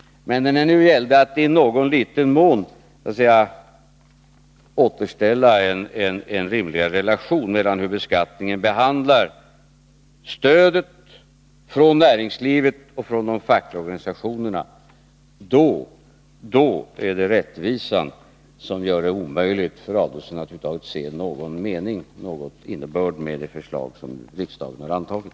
Men när det nu gäller att i någon mån återställa en rimligare relation mellan hur beskattningen behandlar stödet från näringslivet och från de fackliga organisationerna, då är det rättvisan som gör det omöjligt för Ulf Adelsohn att över huvud taget se innebörden i det förslag som riksdagen har antagit.